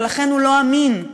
ולכן הוא לא אמין,